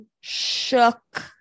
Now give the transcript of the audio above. shook